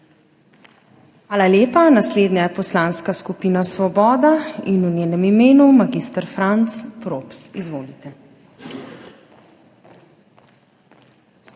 Hvala lepa. Naslednja je Poslanska skupina Svoboda in v njenem imenu mag. Franc Props. Izvolite. MAG.